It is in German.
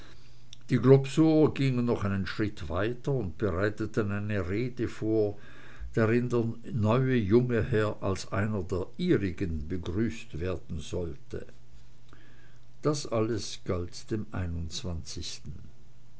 die globsower gingen noch einen schritt weiter und bereiteten eine rede vor darin der neue junge herr als einer der ihrigen begrüßt werden sollte das alles galt dem einundzwanzigsten